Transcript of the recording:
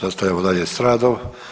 Nastavljamo dalje s radom.